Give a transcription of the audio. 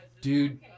dude